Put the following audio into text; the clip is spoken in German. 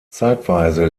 zeitweise